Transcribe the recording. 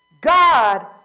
God